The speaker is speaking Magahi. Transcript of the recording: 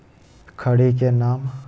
खड़ी के नाम?